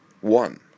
One